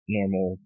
normal